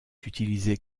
utilisée